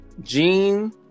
gene